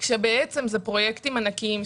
כשבעצם זה פרויקטים ענקיים,